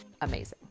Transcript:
amazing